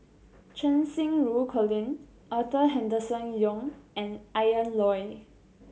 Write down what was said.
Cheng Xinru Colin Arthur Henderson Young and Ian Loy